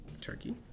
Turkey